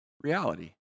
reality